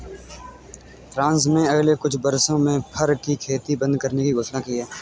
France में अगले कुछ वर्षों में फर की खेती बंद करने की घोषणा हुई है